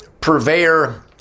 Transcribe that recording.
purveyor